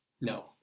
no